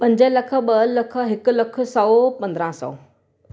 पंज लख ॿ लख हिकु लखु सौ पंद्रहं सौ